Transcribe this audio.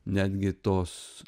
netgi tos